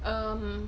um